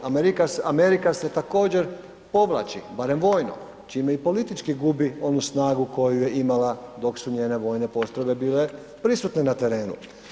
Amerika se također povlači barem vojno čime i politički gubi onu snagu koju je imala dok su njene vojne postrojbe bile prisutne na terenu.